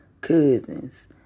cousins